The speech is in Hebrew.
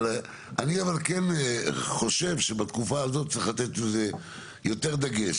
אני כן חושב שבתקופה הזאת צריך לתת לזה יותר דגש.